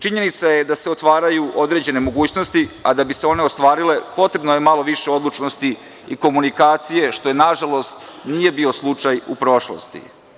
Činjenica je da se otvaraju određene mogućnosti, a da bi se one ostvarile potrebno je malo više odlučnosti i komunikacije, što nažalost nije bio slučaj u prošlosti.